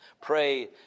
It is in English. pray